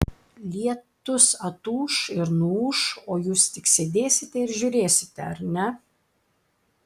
lietus atūš ir nuūš o jūs tik sėdėsite ir žiūrėsite ar ne